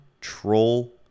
troll